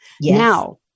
Now